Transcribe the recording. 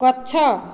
ଗଛ